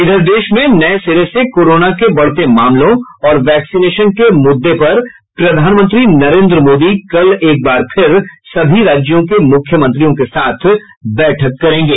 इधर देश में नये सिरे से कोरोना के बढ़ते मामलों और वैक्सीनेशन के मुद्दे पर प्रधानमंत्री नरेन्द्र मोदी कल एकबार फिर सभी राज्यों के मुख्यमंत्रियों के साथ बैठक करेंगे